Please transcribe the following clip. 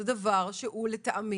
זה דבר שלטעמי